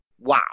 Wow